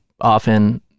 often